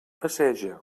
passeja